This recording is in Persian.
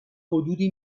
حدودی